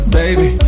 baby